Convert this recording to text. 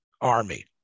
army